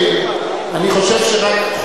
אני חושב שרק,